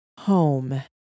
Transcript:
Home